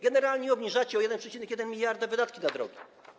Generalnie obniżacie o 1,1 mld wydatki na drogi.